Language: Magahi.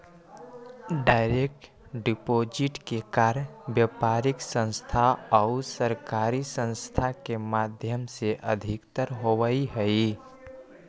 डायरेक्ट डिपॉजिट के कार्य व्यापारिक संस्थान आउ सरकारी संस्थान के माध्यम से अधिकतर होवऽ हइ